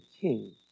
king